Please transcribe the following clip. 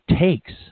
takes